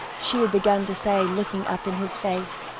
she had begun to say, looking up in his face.